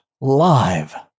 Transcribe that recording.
live